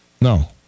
No